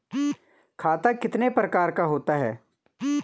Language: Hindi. खाता कितने प्रकार का होता है?